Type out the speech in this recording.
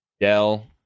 Dell